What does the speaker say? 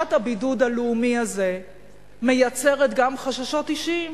ותחושת הבידוד הלאומי הזה מייצרת גם חששות אישיים